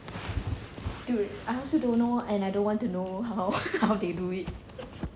dude I also don't know and I don't want to know how how they do it